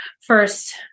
first